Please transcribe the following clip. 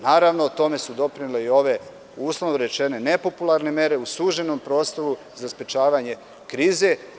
Naravno tome su doprinele i ove uslovno rečeno nepopularne mere u suženom prostoru za sprečavanje krize.